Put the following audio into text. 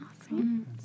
Awesome